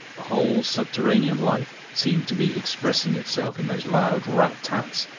a whole subterranean life seemed to be expressing itself in those loud rat-tats,